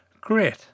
Great